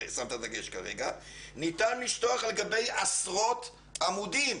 ניתן לשטוח על גבי עשרות עמודים",